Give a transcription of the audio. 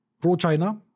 pro-China